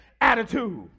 attitude